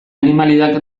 animaliak